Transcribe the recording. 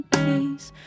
peace